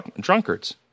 drunkards